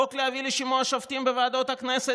חוק להביא לשימוע השופטים בוועדות הכנסת?